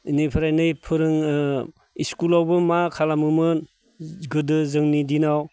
बेनिफ्राय नै फोरों स्कुलावबो मा खालामोमोन गोदो जोंनि दिनाव